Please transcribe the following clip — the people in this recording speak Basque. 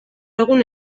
egun